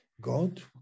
God